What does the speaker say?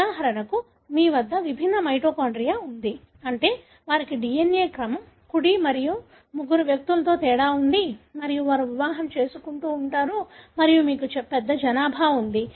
ఉదాహరణకు మీ వద్ద విభిన్న మైటోకాండ్రియా ఉంది అంటే వారికి DNA క్రమం కుడి మరియు ముగ్గురు వ్యక్తులలో తేడా ఉంది మరియు వారు వివాహం చేసుకుంటూ ఉంటారు మరియు మీకు పెద్ద జనాభా ఉంది